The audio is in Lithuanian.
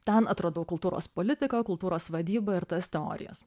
ten atradau kultūros politiką kultūros vadybą ir tas teorijas